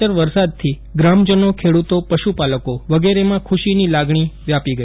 સચરાયરા વરસાદથી ગ્રામજનોખેડૂતોપશુપાલકો વગેરેમાં ખુશીની લાગણી વ્યાપી ગઇ છે